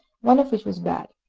one of which was bad.